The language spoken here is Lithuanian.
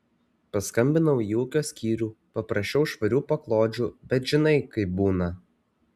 paskambinau į ūkio skyrių paprašiau švarių paklodžių bet žinai kaip būna